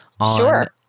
Sure